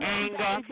anger